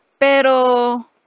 pero